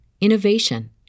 innovation